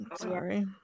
Sorry